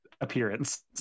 appearance